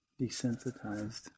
desensitized